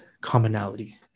commonality